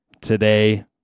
today